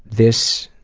this